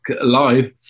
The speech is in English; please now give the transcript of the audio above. alive